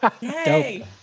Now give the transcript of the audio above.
Yay